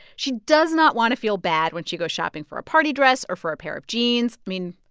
she does not want to feel bad when she goes shopping for a party dress or for a pair of jeans. i mean,